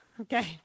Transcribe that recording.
Okay